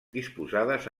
disposades